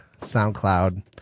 SoundCloud